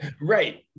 right